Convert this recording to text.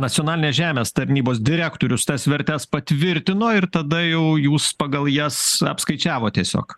nacionalinės žemės tarnybos direktorius tas vertes patvirtino ir tada jau jūs pagal jas apskaičiavot tiesiog